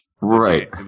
right